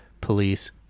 Police